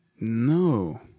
No